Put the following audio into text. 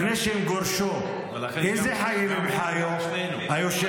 אבל לפני שהם גורשו איזה חיים הם חיו, היושב-ראש?